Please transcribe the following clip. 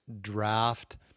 draft